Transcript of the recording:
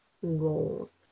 goals